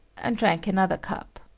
and drank another cup.